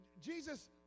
Jesus